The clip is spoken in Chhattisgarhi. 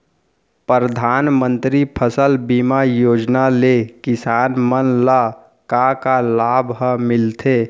परधानमंतरी फसल बीमा योजना ले किसान मन ला का का लाभ ह मिलथे?